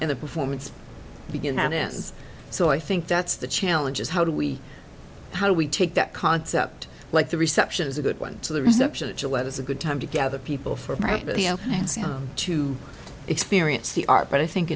and the performance begins and ends so i think that's the challenge is how do we how do we take that concept like the reception is a good one so the reception at gillette is a good time to gather people for the right to experience the art but i think